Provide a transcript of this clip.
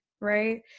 right